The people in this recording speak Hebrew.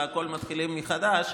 ומתחילים הכול מחדש,